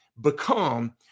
become